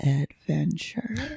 adventure